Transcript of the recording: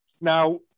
Now